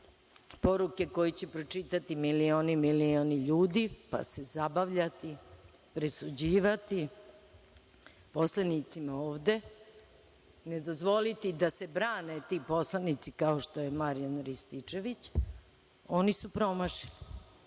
poruke koje će pročitati milioni, milioni ljudi, pa se zabavljati, presuđivati poslanicima ovde, ne dozvoliti da se brane ti poslanici, kao što je Marijan Rističević, oni su promašeni.